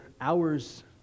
hours